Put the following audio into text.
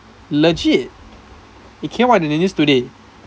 legit it came out in the news today